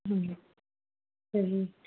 ਹਾਂਜੀ ਚਲੋ